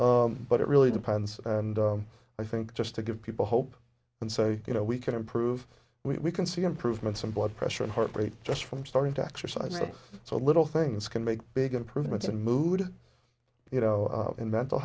know but it really depends and i think just to give people hope and so you know we can improve we can see improvements in blood pressure heart rate just from starting to exercise so little things can make big improvements in mood you know in mental